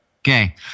Okay